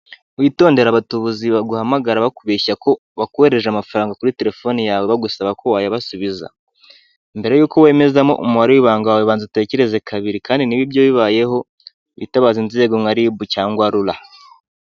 Witondere abatubuzi baguhamagara bakubeshya ko bakohehereje amafaranga kuri telefone yawe bagusaba ko wayabasubiza, mbere yuko wemezamo umuba w'ibanga wawe banze utekereze kabiri kandi niba ibyo bibayeho witabaze inzego nka Ribu cyangwa Rura.